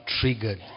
triggered